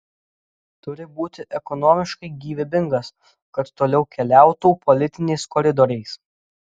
turi būti ekonomiškai gyvybingas kad toliau keliautų politiniais koridoriais